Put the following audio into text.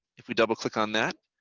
if we double click on that,